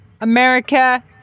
America